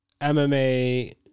MMA